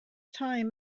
time